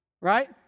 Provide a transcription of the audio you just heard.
Right